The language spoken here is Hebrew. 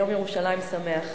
יום ירושלים שמח.